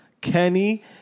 Kenny